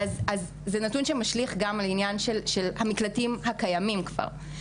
זה נתון שמשליך גם על המקלטים הקיימים כבר.